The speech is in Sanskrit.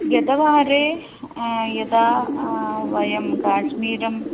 गतवारे यदा वयं काश्मीरम्